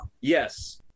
Yes